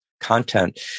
content